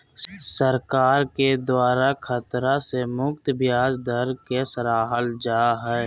सरकार के द्वारा खतरा से मुक्त ब्याज दर के सराहल जा हइ